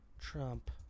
Trump